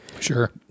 Sure